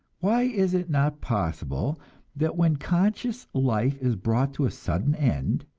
why is it not possible that when conscious life is brought to a sudden end,